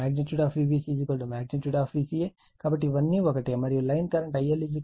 మరియు line current IL Ia Ib Ic Ip